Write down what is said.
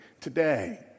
today